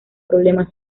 problema